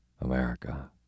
America